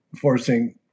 forcing